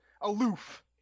aloof